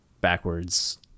backwards